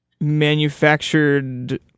manufactured